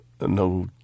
no